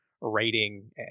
rating